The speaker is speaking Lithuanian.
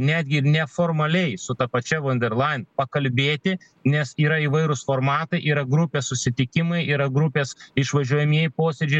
netgi neformaliai su ta pačia vonderlajen pakalbėti nes yra įvairūs formatai yra grupės susitikimai yra grupės išvažiuojamieji posėdžiai